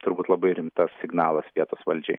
turbūt labai rimtas signalas vietos valdžiai